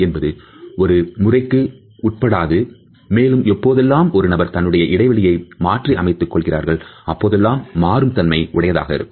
என்பதுஒரு முறைக்கு உட்படாது மேலும் எப்பொழுதெல்லாம் ஒரு நபர் தன்னுடைய இடைவெளியை மாற்றி அமைத்துக் கொள்கிறார்கள் அப்போதெல்லாம் மாறும் தன்மை உடையதாக இருக்கும்